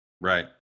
Right